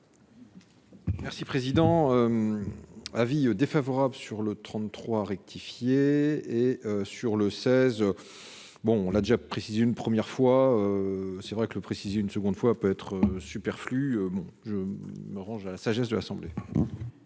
Merci président avis défavorable sur le 33 rectifié et sur le 16, bon, on a déjà précisé une première fois, c'est vrai que le préciser une seconde fois peut être superflu, je me range à la sagesse de l'Assemblée.